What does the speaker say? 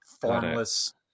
formless